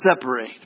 separate